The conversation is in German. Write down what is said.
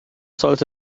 sollte